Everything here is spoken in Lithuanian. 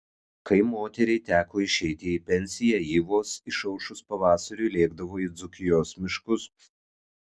kai moteriai teko išeiti į pensiją ji vos išaušus pavasariui lėkdavo į dzūkijos miškus